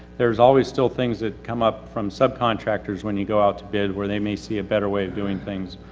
there's always still things that come up from subcontractors when you go out to bid where they may see a better way of doing things,